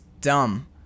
dumb